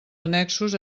annexos